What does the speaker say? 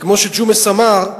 וכמו שג'ומס אמר,